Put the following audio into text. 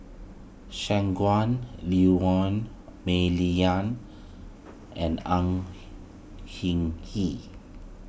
Shangguan Liuyun Mah Li Lian and Au Hing Yee